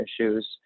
issues